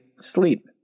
sleep